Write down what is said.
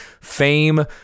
Fame